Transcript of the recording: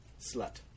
slut